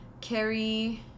Carrie